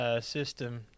system